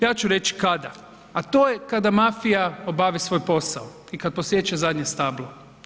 Ja ću reći kada, a to je kada mafija obavi svoj posao, i kad posječe zadnje stablo.